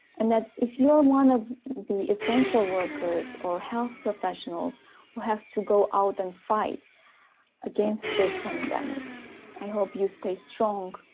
and that if you're one of the essential workers or health professionals who have to go out and fight against this pandemic i hope you stay strong,